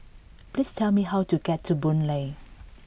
please tell me how to get to Boon Lay